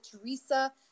Teresa